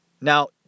Now